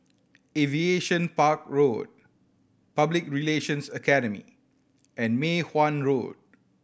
Aviation Park Road Public Relations Academy and Mei Hwan Road